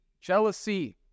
jealousy